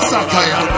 Sakaya